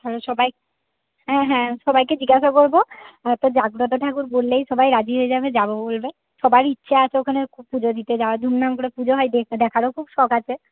তাহলে সবাই হ্যাঁ হ্যাঁ সবাইকে জিজ্ঞাসা করবো এতো জাগ্রত ঠাকুর বললেই সবাই রাজি হয়ে যাবে যাবো বলবে সবারই ইচ্ছা আছে ওখানে পুজো দিতে যাওয়ার ধুমধাম করে পুজো হয় দেখারও খুব শখ আছে